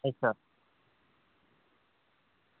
अच्छा